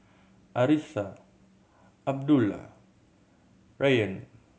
Arissa Abdullah Rayyan